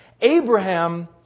Abraham